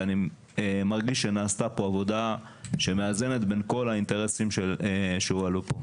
אני מרגיש שנשתה כאן עבודה שמאזנת בין כל האינטרסים שהועלו כאן.